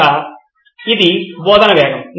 కనుక ఇది బోధన వేగం